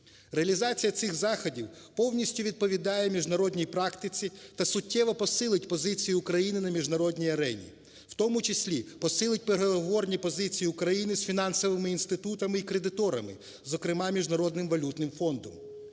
Реалізація цих заходів повністю відповідає міжнародній практиці та суттєво посилить позицію України на міжнародній арені, в тому числі, посилить переговорні позиції України з фінансовими інститутами і кредиторами, зокрема, Міжнародним валютним фондом.